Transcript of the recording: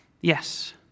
Yes